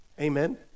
Amen